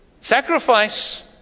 Sacrifice